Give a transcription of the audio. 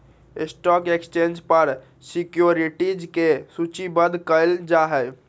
stock exchange पर securities के सूचीबद्ध कयल जाहइ